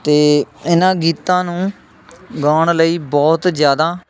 ਅਤੇ ਇਹਨਾਂ ਗੀਤਾਂ ਨੂੰ ਗਾਉਣ ਲਈ ਬਹੁਤ ਜ਼ਿਆਦਾ